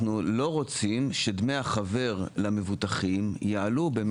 אנחנו לא רוצים שדמי החבר למבוטחים יעלו במאות שקלים.